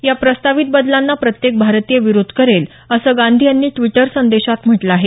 या प्रस्तावित बदलांना प्रत्येक भारतीय विरोध करेल असं गांधी यांनी द्विटर संदेशात म्हटलं आहे